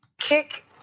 Kick-